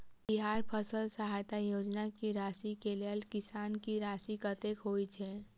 बिहार फसल सहायता योजना की राशि केँ लेल किसान की राशि कतेक होए छै?